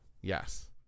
Yes